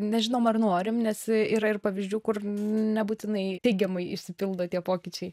nežinom ar norim nes yra ir pavyzdžių kur nebūtinai teigiamai išsipildo tie pokyčiai